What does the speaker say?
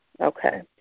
Okay